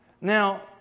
Now